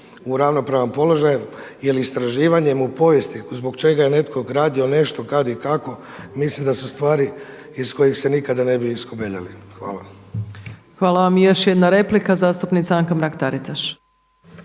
u ravnopravan položaj, jer istraživanjem u povijesti zbog čega je netko gradio nešto, kad i kako mislim da su stvari iz kojih se nikada ne bi iskobeljali. Hvala. **Opačić, Milanka (SDP)** Hvala vam. Još jedna replika zastupnica Anka Mrak-Taritaš.